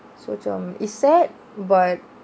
so macam it's sad but